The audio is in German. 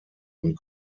und